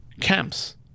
camps